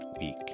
week